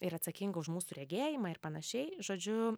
ir atsakinga už mūsų regėjimą ir panašiai žodžiu